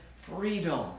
freedom